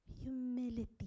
humility